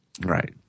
Right